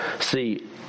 See